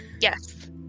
Yes